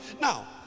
Now